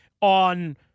on